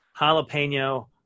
jalapeno